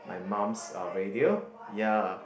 my mum's uh radio ya